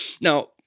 Now